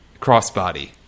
crossbody